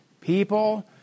people